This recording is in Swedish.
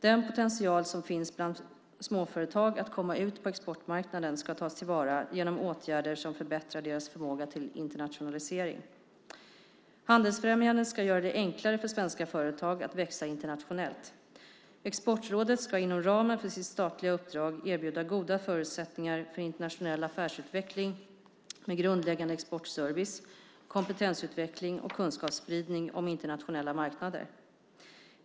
Den potential som finns bland småföretag att komma ut på exportmarknaden ska tas till vara genom åtgärder som förbättrar deras förmåga till internationalisering. Handelsfrämjandet ska göra det enklare för svenska företag att växa internationellt. Exportrådet ska inom ramen för sitt statliga uppdrag erbjuda goda förutsättningar för internationell affärsutveckling med grundläggande exportservice, kompetensutveckling och kunskapsspridning om internationella marknader.